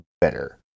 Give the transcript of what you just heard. better